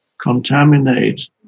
contaminate